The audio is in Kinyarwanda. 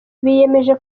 biyemeje